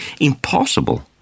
impossible